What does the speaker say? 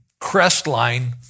Crestline